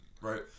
right